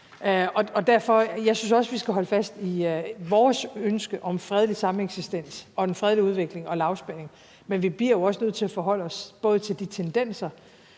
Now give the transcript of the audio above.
ageren. Jeg synes også, vi skal holde fast i vores ønske om fredelig sameksistens og en fredelig udvikling og lavspænding, men vi bliver også nødt til at forholde os til både de tendenser